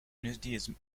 nudism